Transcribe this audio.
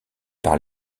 par